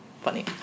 funny